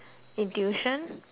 in tuition